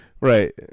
right